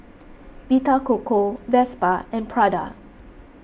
Vita Coco Vespa and Prada